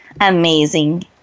amazing